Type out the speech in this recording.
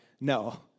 no